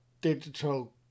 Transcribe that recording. digital